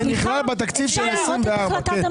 זה ההתחייבות וההצהרה שלך כיושב-ראש ועדת הכספים.